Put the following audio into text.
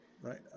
right